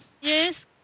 Yes